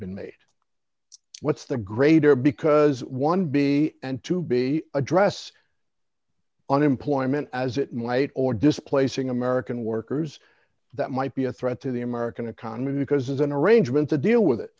made what's the greater because one b and to be address unemployment as it might or displacing american workers that might be a threat to the american economy because there's an arrangement to deal with it